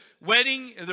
wedding